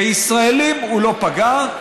בישראלים הוא לא פגע,